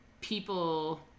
people